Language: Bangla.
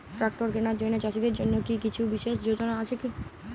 ট্রাক্টর কেনার জন্য চাষীদের জন্য কী কিছু বিশেষ যোজনা আছে কি?